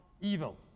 evil